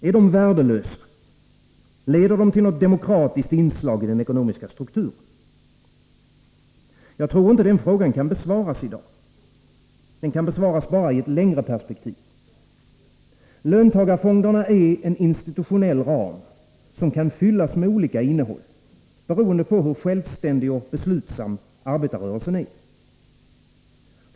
Är de värdelösa? Leder de till något demokratiskt inslag i den ekonomiska strukturen? Jag tror inte den frågan kan besvaras i dag. Den kan besvaras bara i ett längre perspektiv. Löntagarfonderna är en institutionell ram som kan fyllas med olika innehåll, beroende på hur självständig och beslutsam arbetarrörelsen är.